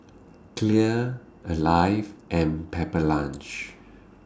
Clear Alive and Pepper Lunch